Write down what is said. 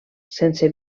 sense